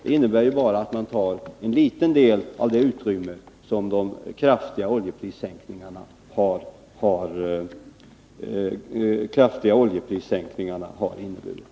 Det betyder bara att man utnyttjar en liten del av det utrymme som de kraftiga oljeprissänkningarna har inneburit.